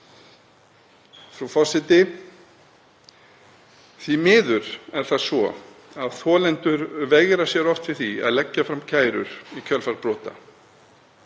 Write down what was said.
Frú forseti. Því miður er það svo að þolendur veigra sér oft við að leggja fram kærur í kjölfar brota.